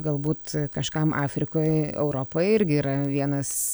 galbūt kažkam afrikoj europa irgi yra vienas